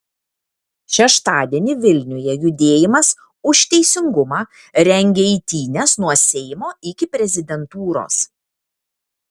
šeštadienį vilniuje judėjimas už teisingumą rengia eitynes nuo seimo iki prezidentūros